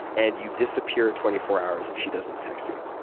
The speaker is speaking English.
and you disappear in twenty four hours if she doesn't text you.